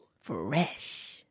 Fresh